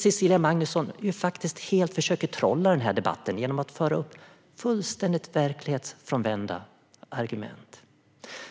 Cecilia Magnusson försöker trolla denna debatt genom att föra upp fullständigt verklighetsfrånvända argument.